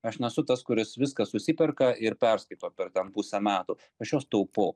aš nesu tas kuris viską susiperka ir perskaito per ten pusę metų aš juos taupau